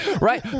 Right